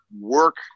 work